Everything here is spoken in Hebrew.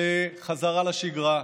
ולחזרה לשגרה,